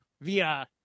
via